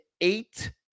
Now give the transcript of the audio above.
eight